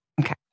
Okay